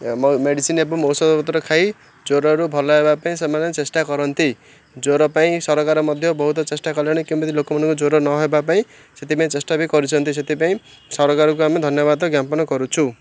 medicine ଏବଂ ଔଷଧପତ୍ର ଖାଇ ଜ୍ୱରରୁ ଭଲ ହେବା ପାଇଁ ସେମାନେ ଚେଷ୍ଟା କରନ୍ତି ଜ୍ୱର ପାଇଁ ସରକାର ମଧ୍ୟ ବହୁତ ଚେଷ୍ଟା କଲେଣି କେମିତି ଲୋକମାନଙ୍କୁ ଜ୍ୱର ନ ହବା ପାଇଁ ସେଥିପାଇଁ ଚେଷ୍ଟା ବି କରିଛନ୍ତି ସେଥିପାଇଁ ସରକାରକୁ ଆମେ ଧନ୍ୟବାଦ ଜ୍ଞାପନ କରୁଛୁ